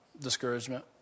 discouragement